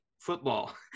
football